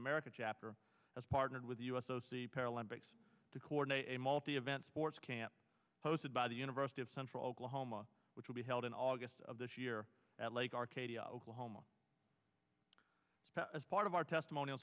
america chapter has partnered with the u s o c paralympics to coordinate a multi event sports camp hosted by the university of central oklahoma which will be held in august of this year at lake arcadia oklahoma as part of our testimonial